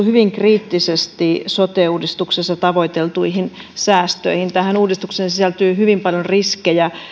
hyvin kriittisesti sote uudistuksessa tavoiteltuihin säästöihin tähän uudistukseen sisältyy hyvin paljon riskejä